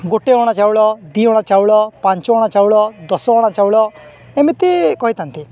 ଗୋଟେ ଅଣା ଚାଉଳ ଦୁଇ ଅଣା ଚାଉଳ ପାଞ୍ଚ ଅଣା ଚାଉଳ ଦଶ ଅଣା ଚାଉଳ ଏମିତି କହିଥାନ୍ତି